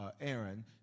Aaron